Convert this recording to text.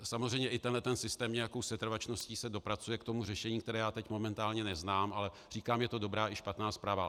Samozřejmě i tento systém se nějakou setrvačností dopracuje k tomu řešení, které já teď momentálně neznám, ale říkám, je to dobrá i špatná zpráva.